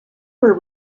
were